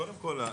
קודם כל,